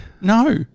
no